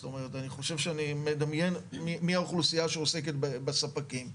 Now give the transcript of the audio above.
אני חושב שאני מדמיין מי האוכלוסייה שעוסקת בספקים,